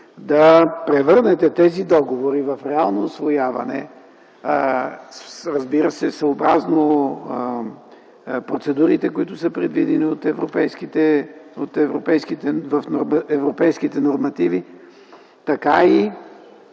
да превърнете тези договори в реално усвояване, разбира се, съобразно процедурите, които са предвидени от европейските нормативи, така и